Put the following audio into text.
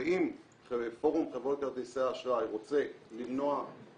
ואם פורום חברות כרטיסי האשראי רוצה הצהרה,